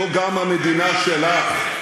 זו גם המדינה שלך.